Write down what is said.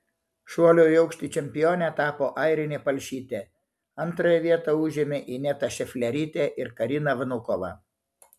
šuolio į aukštį čempione tapo airinė palšytė antrąją vietą užėmė ineta šeflerytė ir karina vnukova